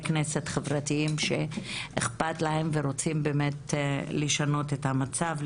כנסת חברתיים שאיכפת להם ורוצים באמת לשנות את המצב הקיים.